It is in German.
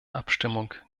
abstimmung